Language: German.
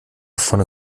vorne